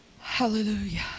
Hallelujah